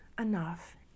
enough